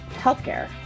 healthcare